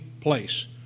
place